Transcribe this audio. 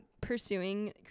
pursuing